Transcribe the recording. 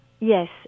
Yes